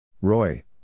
Roy